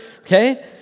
okay